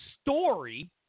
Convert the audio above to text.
story